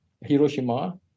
Hiroshima